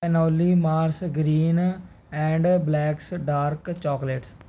only Mars green and black's dark chocolates